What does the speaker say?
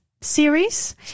series